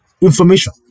information